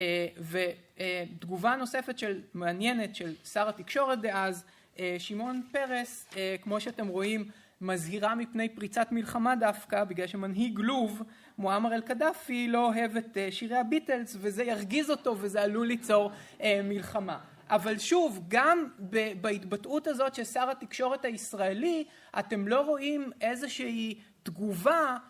ותגובה נוספת מעניינת של שר התקשורת דאז, שמעון פרס, כמו שאתם רואים, מזהירה מפני פריצת מלחמה דווקא, בגלל שמנהיג לוב, מועמר אל-קדאפי, לא אוהב את שירי הביטלס, וזה ירגיז אותו, וזה עלול ליצור מלחמה. אבל שוב, גם בהתבטאות הזאת של שר התקשורת הישראלי, אתם לא רואים איזושהי תגובה,